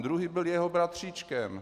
Druhý byl jeho bratříčkem.